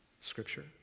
Scripture